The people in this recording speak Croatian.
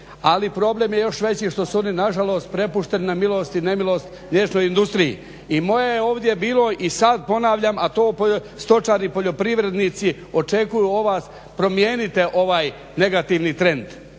ali problem je još veći što su oni nažalost prepušteni na milost i nemilost mliječnoj industriji. I moje je ovdje bilo i sad ponavljam a to stočari poljoprivrednici očekuju od vas promijenite ovaj negativni trend,